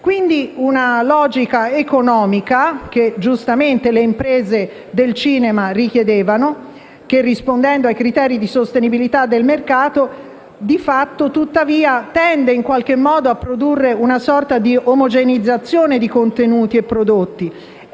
di carattere economico, che giustamente le imprese del cinema richiedevano, rispondendo ai criteri di sostenibilità del mercato, di fatto tuttavia tende a produrre una sorta di omogenizzazione di contenuti e prodotti.